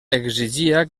exigia